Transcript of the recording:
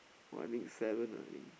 timing is seven or eight